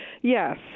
Yes